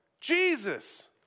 Jesus